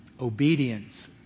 obedience